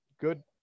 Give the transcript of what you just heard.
good